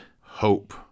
hope